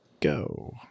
go